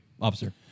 officer